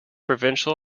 provincial